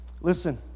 Listen